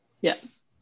Yes